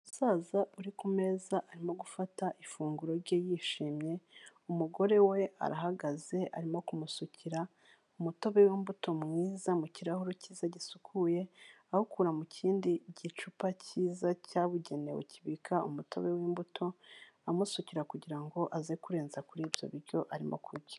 Umusaza uri ku meza arimo gufata ifunguro rye yishimye. Umugore we arahagaze arimo kumusukira umutobe w'imbuto mwiza mu kirahuri kiza gisukuye awukura mu kindi gicupa kiza cyabugenewe kibika umutobe w'imbuto. Amusukira kugira ngo aze kurenza kuri ibyo biryo arimo kurya.